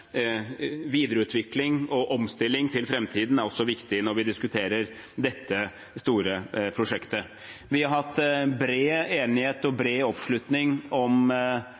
omstilling for framtiden er også viktig når vi diskuterer dette store prosjektet. Vi har hatt bred enighet og bred oppslutning om